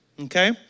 okay